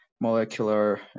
molecular